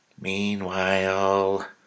Meanwhile